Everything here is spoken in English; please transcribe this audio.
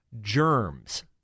Germs